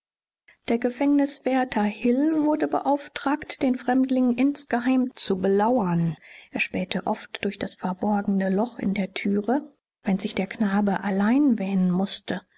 der gefängniswärter hill wurde beauftragt den fremdling insgeheim zu belauern er spähte oft durch das verborgene loch in der türe wenn sich der knabe allein wähnen mußte